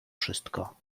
wszystko